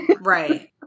Right